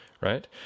right